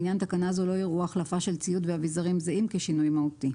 לעניין תקנה זו לא יראו החלפה של ציוד ואבזרים זהים כשינוי מהותי.